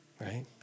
Right